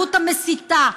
וההתנהגות המסיתה,